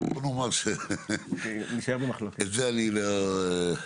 בוא נאמר שאת זה אני לא...